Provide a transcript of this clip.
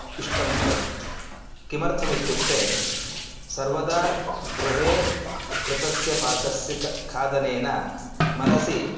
इष्टं भवति किमर्थमित्युक्ते सर्वदा गृहे कृतस्य पाकस्य किं खादनेन मनसि